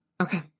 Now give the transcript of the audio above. okay